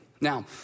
Now